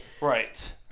Right